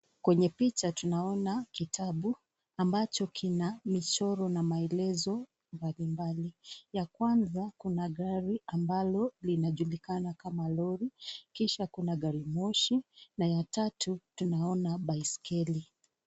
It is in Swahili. Kwenye picha tunaona kitabu ambacho kina michoro na maelezo mbali mbali. Ya kwanza kuna gari ambalo linajulikana kama lori, kisha kuna gari moshi na ya tatu tunaona baiskeli.